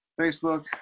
facebook